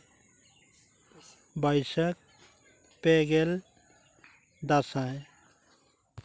ᱵᱟᱹᱭᱥᱟᱹᱠᱷ ᱯᱮᱜᱮᱞ ᱫᱟᱸᱥᱟᱭ